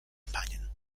companion